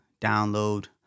download